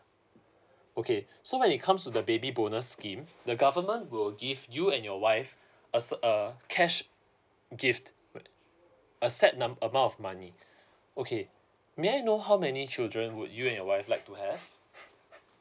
okay so when it comes to the baby bonus scheme the government will give you and your wife as uh cash gift a set number amount of money okay may I know how many children would you and your wife like to have